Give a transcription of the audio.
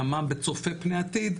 גם מה בצופה פני עתיד,